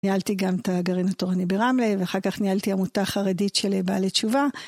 ניהלתי גם את הגרעין התורני ברמלה, ואחר כך ניהלתי עמותה חרדית של בעלי תשובה.